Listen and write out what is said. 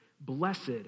blessed